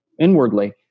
inwardly